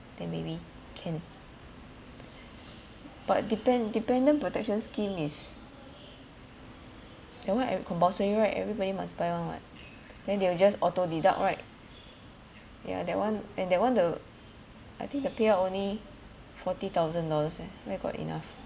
then maybe can but depend dependent protection scheme is that one compulsory right everybody must buy [one] [what] then they will just auto deduct right yeah that one and that one the I think the payout only forty thousand dollars leh where got enough